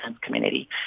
community